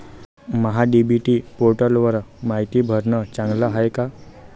महा DBT पोर्टलवर मायती भरनं चांगलं हाये का?